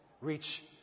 reach